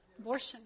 Abortion